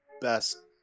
best